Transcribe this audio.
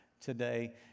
today